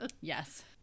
yes